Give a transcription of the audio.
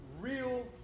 real